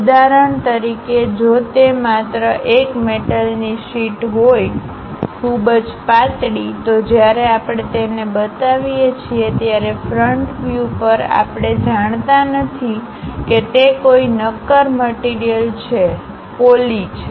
ઉદાહરણ તરીકે જો તે માત્ર એક મેટલની શીટ હોય ખુબજ પાતળી તો જ્યારે આપણે તેને બતાવીએ છીએ ત્યારે ફ્રન્ટ વ્યુપર આપણે જાણતા નથી કે તે કોઈ નક્કર મટીરીયલછે પોલી છે